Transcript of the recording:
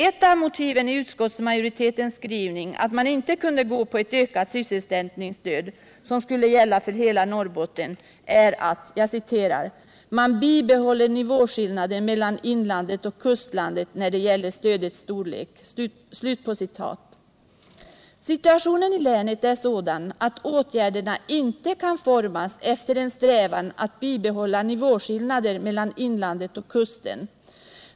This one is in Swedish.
Ett av motiven i utskottsmajoritetens skrivning för att man inte kunde gå med på ett ökat sysselsättningsstöd, som skulle gälla för hela Norrbotten, är att ”man bibehåller nivåskillnaden mellan inlandet och kustlandet när det gäller stödets storlek”. Situationen i länet är sådan att åtgärderna inte kan formas efter en strävan att bibehålla nivåskillnader mellan inlandet och kusten.